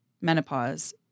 menopause